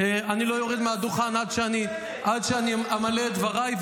אני לא יורד מהדוכן עד שאני אמלא את דבריי,